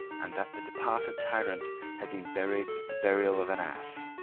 and that the departed tyrant had been buried with the burial of an ass.